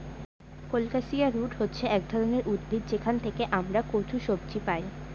colocasia root হচ্ছে এক ধরনের উদ্ভিদ যেখান থেকে আমরা কচু সবজি পাই